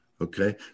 Okay